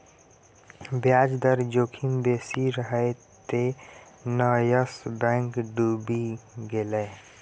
ब्याज दर जोखिम बेसी रहय तें न यस बैंक डुबि गेलै